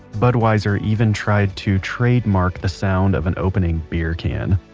budweiser even tried to trademark the sound of an opening beer can.